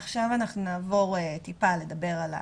עכשיו נעבור טיפה לדבר על הנהלים.